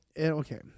Okay